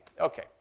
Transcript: Okay